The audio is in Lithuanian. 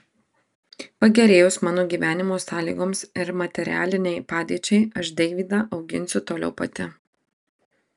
pagerėjus mano gyvenimo sąlygoms ir materialinei padėčiai aš deivydą auginsiu toliau pati